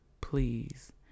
please